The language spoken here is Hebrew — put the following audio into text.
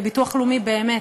בביטוח לאומי באמת,